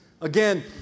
Again